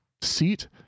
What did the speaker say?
seat